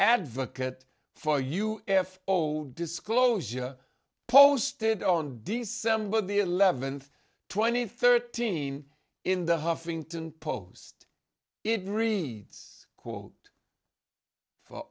advocate for u f o disclosure posted on december the eleventh twenty thirteen in the huffington post it reads quote for